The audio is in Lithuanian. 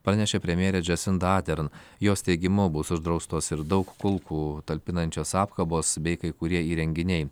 pranešė premjerė džesinda adern jos teigimu bus uždraustos ir daug kulkų talpinančios apkabos bei kai kurie įrenginiai